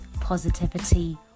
Positivity